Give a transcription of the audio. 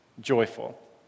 joyful